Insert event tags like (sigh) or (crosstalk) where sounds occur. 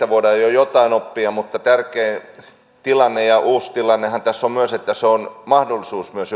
(unintelligible) voidaan jo jotain oppia mutta tärkeä tilanne ja uusi tilannehan tässä on myös se että tämä uusi kokeilu on mahdollisuus myös (unintelligible)